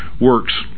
works